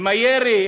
עם הירי,